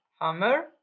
hammer